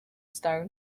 stone